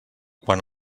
quan